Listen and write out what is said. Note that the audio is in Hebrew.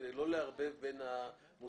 כדי לא לערבב בין המושגים.